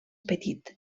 petit